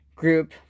group